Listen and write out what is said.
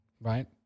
Right